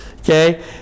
Okay